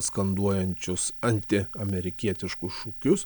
skanduojančius anti amerikietiškus šūkius